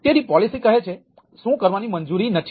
તેથી પોલિસી કહે છે શું કરવાની મંજૂરી નથી